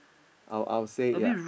I'll I'll say ya